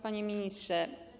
Panie Ministrze!